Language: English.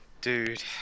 dude